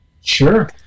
sure